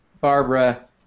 Barbara